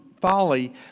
folly